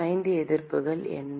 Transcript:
5 எதிர்ப்புகள் என்ன